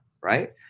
right